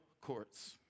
courts